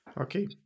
Okay